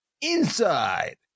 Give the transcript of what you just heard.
Inside